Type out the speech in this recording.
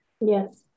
Yes